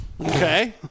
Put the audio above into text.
Okay